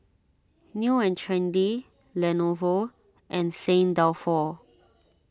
New and Trendy Lenovo and Saint Dalfour